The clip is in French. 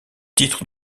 titre